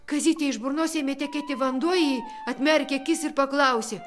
kazytei iš burnos ėmė tekėti vanduo ji atmerkė akis ir paklausė